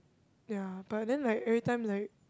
ya but then like everytime like